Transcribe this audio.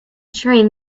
train